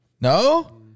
No